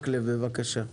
מקלב, בבקשה.